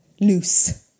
loose